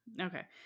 Okay